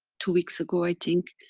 two weeks ago i think.